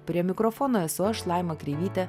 prie mikrofono esu aš laima kreivytė